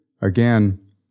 Again